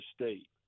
State